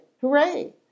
Hooray